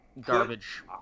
garbage